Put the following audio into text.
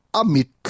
amit